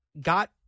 got